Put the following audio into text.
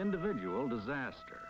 individual disaster